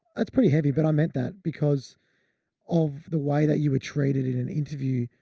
that's pretty heavy. but i meant that because of the way that you were treated in an interview,